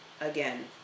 again